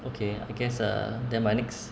okay I guess err then my next